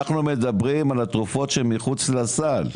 אנחנו מדברים על התרופות שמחוץ לסל,